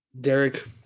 Derek